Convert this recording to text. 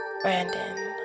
Brandon